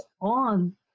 on